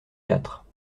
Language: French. quatre